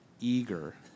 eager